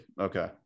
okay